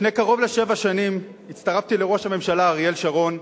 לפני קרוב לשבע שנים הצטרפתי לראש הממשלה אריאל שרון,